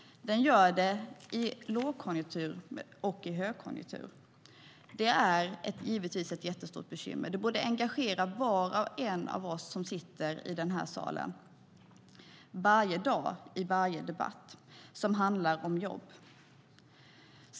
Den gör det i lågkonjunktur och i högkonjunktur. Det är givetvis ett jättestort bekymmer, och det borde engagera var och en av oss som sitter i denna sal varje dag i varje debatt som handlar om jobb.